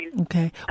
okay